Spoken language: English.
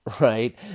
right